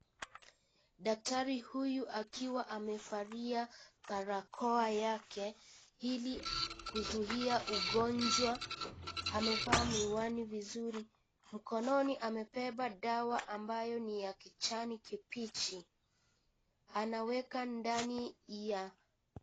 Daktari huyu akiwa amevalia barakoa yake ili kuzuia ugonjwa. Amevaa miwani vizuri , mkononi amebeba dawa ambayo ni ya kijani kibichi ,anaweka ndani ya..